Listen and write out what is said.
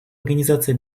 организации